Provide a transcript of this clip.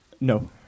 No